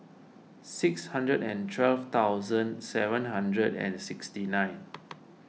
six hundred and twelve thousand seven hundred and sixty nine